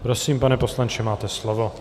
Prosím, pane poslanče, máte slovo.